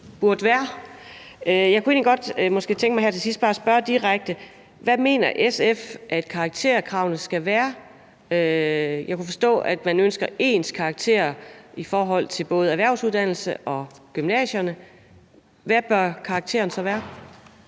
burde være. Jeg kunne egentlig godt tænke mig her til sidst bare at spørge direkte: Hvad mener SF at karakterkravene skal være? Jeg kunne forstå, at man ønsker ens karakterer i forhold til både erhvervsuddannelserne og gymnasierne. Hvad bør karakteren så være?